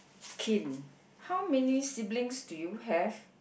kin how many siblings do you have